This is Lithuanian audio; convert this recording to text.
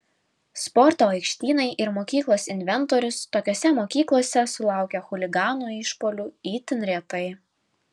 sporto aikštynai ir mokyklos inventorius tokiose mokyklose sulaukia chuliganų išpuolių itin retai